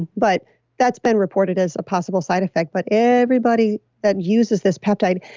but that's been reported as a possible side effect. but everybody that uses this peptide,